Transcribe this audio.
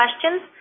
questions